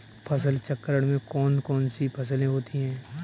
फसल चक्रण में कौन कौन सी फसलें होती हैं?